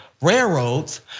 Railroads